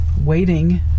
waiting